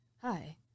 hi